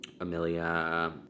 Amelia